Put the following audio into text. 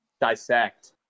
dissect